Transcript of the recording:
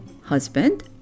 husband